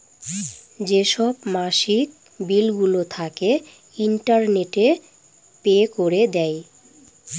যেসব মাসিক বিলগুলো থাকে, ইন্টারনেটে পে করে দেয়